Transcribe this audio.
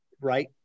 right